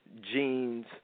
Jeans